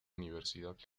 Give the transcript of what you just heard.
universidad